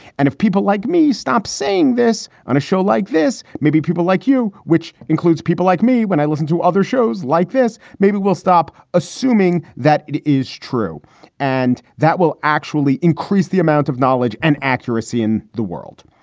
and if people like me stop saying this on a show like this, maybe people like you, which includes people like me when i listen to other shows like this. maybe we'll stop assuming that it is true and that will actually increase the amount of knowledge and accuracy in the world.